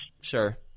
Sure